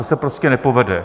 To se prostě nepovede.